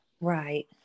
Right